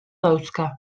dauzka